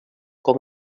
com